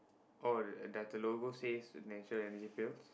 oh does the logo says natural Energy Pills